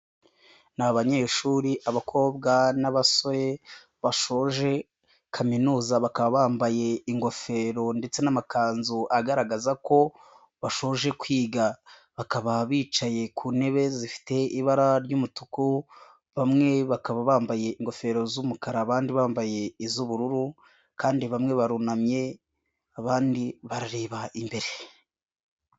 Ni abanyeshuri abakobwa n'abasore bashoje kaminuza, bakaba bambaye ingofero ndetse n'amakanzu agaragaza ko bashoje kwiga, bakaba bicaye ku ntebe zifite ibara ry'umutuku bamwe bakaba bambaye ingofero z'umukara, abandi bambaye iz'ubururu kandi bamwe barunamye abandi barareba imbere.